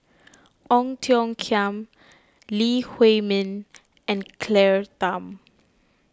Ong Tiong Khiam Lee Huei Min and Claire Tham